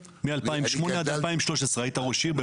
מ-2008 עד 2013 היית ראש עיר.